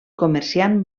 comerciant